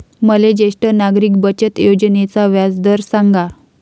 मले ज्येष्ठ नागरिक बचत योजनेचा व्याजदर सांगा